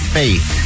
faith